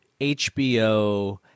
HBO